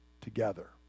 together